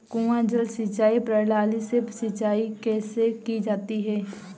कुआँ जल सिंचाई प्रणाली से सिंचाई कैसे की जाती है?